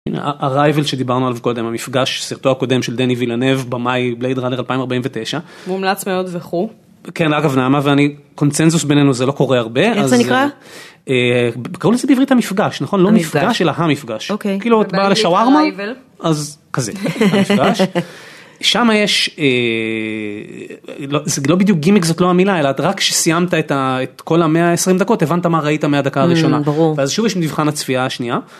Arrival שדיברנו עליו קודם, המפגש, סרטו הקודם של דני וילנב, במאי בליידראנר 2049 (מומלץ מאוד וכו), כן, אגב נעמה ואני קונצנזוס בינינו זה לא קורה הרבה. איך זה נקרא? קוראים לזה בעברית המפגש, נכון? לא מפגש אלא המפגש, אוקיי כאילו את באה לשווארמה אז כזה. המפגש. שם יש זה לא בדיוק גימיק, זאת לא המילה, אלא רק כשסיימת את כל ה-120 דקות הבנת מה ראית מהדקה הראשונה, ברור, ואז שוב יש מבחן הצפייה השנייה.